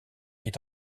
est